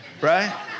right